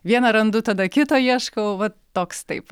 vieną randu tada kito ieškau va toks taip